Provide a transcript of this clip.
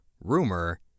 rumor